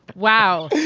wow.